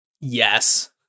Yes